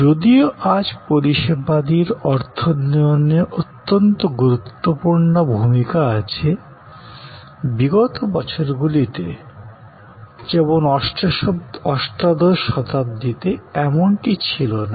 যদিও আজ পরিষেবাদির অর্থোন্নয়নে অত্যন্ত গুরুত্বপূর্ণ ভূমিকা আছে বিগত বছরগুলিতে অষ্টাদশ শতাব্দীতে এমনটি ছিল না